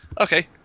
Okay